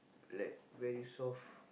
like very soft